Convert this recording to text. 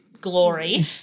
glory